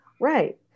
Right